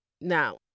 Now